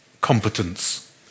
competence